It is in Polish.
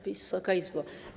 Wysoka Izbo!